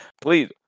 Please